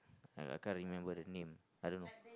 yeah I can't remember the name I don't know